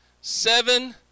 seven